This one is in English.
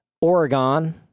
Oregon